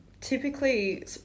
typically